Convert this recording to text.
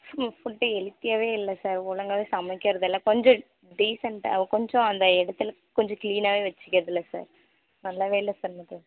ஃபு ஃபுட்டு ஹெல்த்தியாகவே இல்லை சார் ஒழுங்காகவே சமைக்கிறதில்லை கொஞ்சம் டீசெண்டாக கொஞ்சம் அந்த இடத்துல கொஞ்சம் க்ளீனாகவே வச்சிக்கிறதில்ல சார் நல்லாவே இல்லை சார் எனக்கு